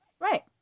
Right